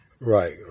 Right